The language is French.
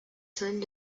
zones